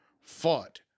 fought